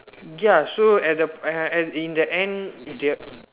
ya so at the uh at in the end the